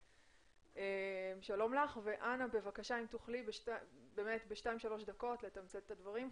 אם תוכלי בשתיים-שלוש דקות לתמצת את הדברים,